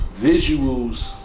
Visuals